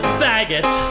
faggot